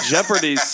Jeopardy